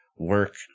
work